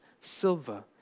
silver